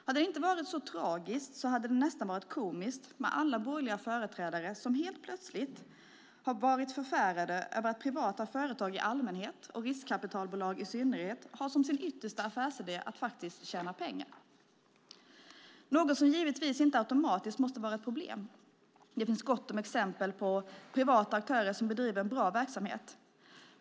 Hade det inte varit så tragiskt hade det nästan varit komiskt med alla borgerliga företrädare som helt plötsligt har varit förfärade över att privata företag i allmänhet och riskkapitalbolag i synnerhet har som sin yttersta affärsidé att tjäna pengar. Det är något som givetvis inte automatiskt måste vara ett problem. Det finns gott om exempel på privata aktörer som bedriver en bra verksamhet.